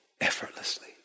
effortlessly